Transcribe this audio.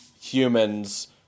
humans